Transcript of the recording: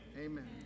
Amen